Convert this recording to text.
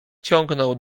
ciągnął